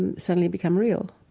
and suddenly become real.